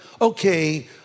okay